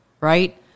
Right